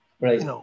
right